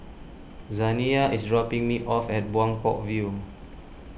Zaniyah is dropping me off at Buangkok View